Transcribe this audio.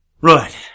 Right